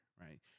right